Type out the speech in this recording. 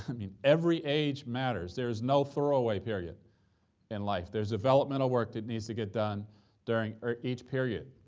i mean, every age matters. there is no throwaway period in life. there's developmental work that needs to get done during or each period.